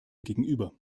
gegenüber